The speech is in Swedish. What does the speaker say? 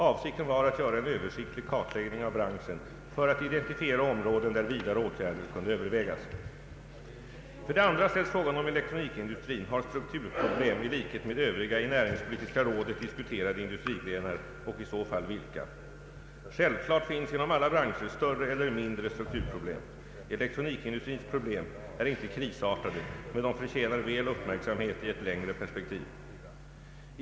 Avsikten var att göra en Översiktlig kartläggning av branschen för att identifiera områden, där vidare åtgärder kunde övervägas. 2. För det andra ställs frågan om elektronikindustrin har strukturproblem i likhet med övriga i näringspolitiska rådet diskuterade industrigrenar och i så fall vilka. Självklart finns inom alla branscher större eller mindre strukturproblem. Elektronikindustrins problem är inte krisartade, men de förtjänar väl uppmärksamhet i ett längre perspektiv. 3.